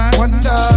wonder